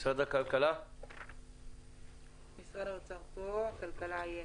משרד הכלכלה איתנו בזום?